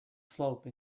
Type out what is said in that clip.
slope